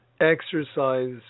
exercise